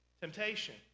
temptation